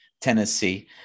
Tennessee